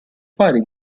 pari